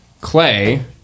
Clay